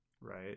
right